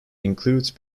includes